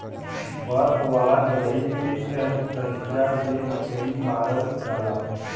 बर्फ वाला जगही पे एह तरीका से मछरी मारल जाला